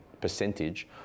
percentage